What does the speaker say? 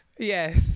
Yes